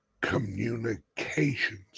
communications